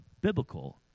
biblical